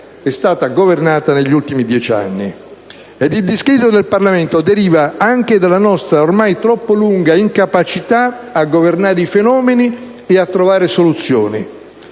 è stata governata negli ultimi dieci anni. Il discredito del Parlamento deriva anche dalla nostra ormai troppo lunga incapacità a governare i fenomeni e a trovare soluzioni.